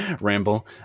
ramble